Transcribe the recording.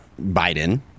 Biden